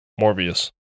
Morbius